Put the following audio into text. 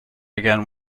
again